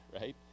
right